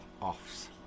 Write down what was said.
offs